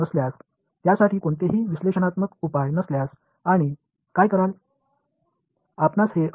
ஒரு முறைக்கு மூடிய படிவ தீர்வு இல்லை அதற்கு பகுப்பாய்வு தீர்வு எதுவும் இல்லை என்று நான் சொன்னால் நீங்கள் என்ன செய்வீர்கள்